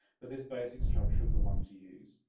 but this basic structure is the one to use,